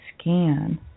scan